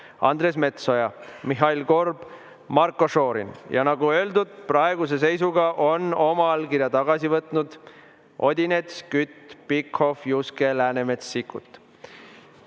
Andres Metsoja, Mihhail Korb, Marko Šorin. Ja, nagu öeldud, praeguse seisuga on oma allkirja tagasi võtnud Odinets, Kütt, Pikhof, Juske, Läänemets,